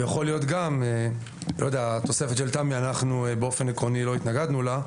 לגבי התוספת של תמי באופן עקרוני לא התנגדנו אליה.